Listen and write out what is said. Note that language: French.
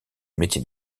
métier